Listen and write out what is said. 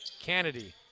Kennedy